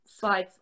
five